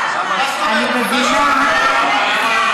להגיד,